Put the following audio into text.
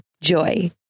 Joy